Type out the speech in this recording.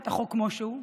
את החוק כמו שהוא,